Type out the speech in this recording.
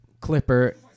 Clipper